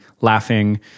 laughing